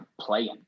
playing